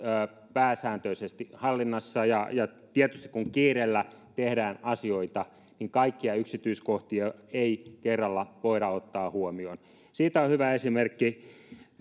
pääsääntöisesti hallinnassa ja ja tietysti kun kiireellä tehdään asioita niin kaikkia yksityiskohtia ei kerralla voida ottaa huomioon siitä on hyvä esimerkki